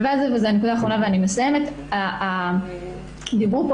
נקודה אחרונה ואני מסיימת דיברו פה